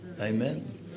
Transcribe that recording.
Amen